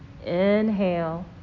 inhale